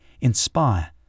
inspire